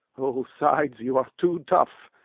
o sides, you are too tough!